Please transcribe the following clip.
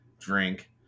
drink